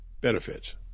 benefits